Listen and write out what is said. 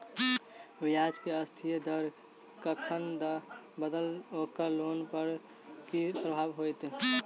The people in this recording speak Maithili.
ब्याज केँ अस्थायी दर कखन बदलत ओकर लोन पर की प्रभाव होइत?